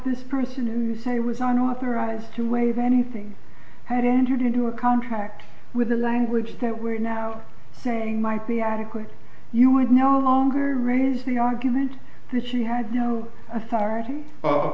this person in the say was not authorized to waive anything had entered into a contract with the language that we're now saying might be adequate you would no longer range the argument that she had no authority